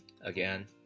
again